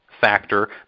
factor